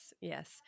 Yes